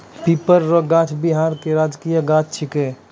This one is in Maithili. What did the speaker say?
पीपर रो गाछ बिहार के राजकीय गाछ छिकै